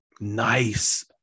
Nice